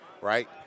right